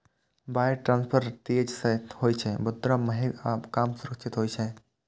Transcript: wire transfer तेज तं होइ छै, मुदा महग आ कम सुरक्षित होइ छै